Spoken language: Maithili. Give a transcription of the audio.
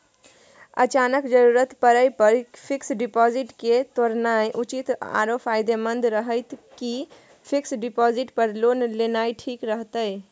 अचानक जरूरत परै पर फीक्स डिपॉजिट के तोरनाय उचित आरो फायदामंद रहतै कि फिक्स डिपॉजिट पर लोन लेनाय ठीक रहतै?